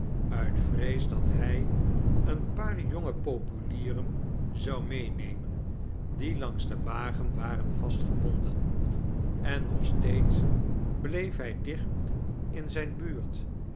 viit vrees dat hij een paar jonge populieren zou meenemen die laings deal wagen waren vastgebomdm ein nog steeds bleef hij dicht in zijne buurt